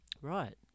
Right